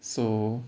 so